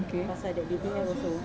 okay